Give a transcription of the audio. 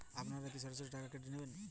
আপনারা কি সরাসরি টাকা কেটে নেবেন?